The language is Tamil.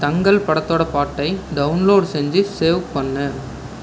தங்கல் படத்தோட பாட்டை டவுன்லோட் செஞ்சு சேவ் பண்ணு